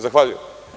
Zahvaljujem.